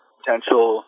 potential